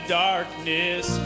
darkness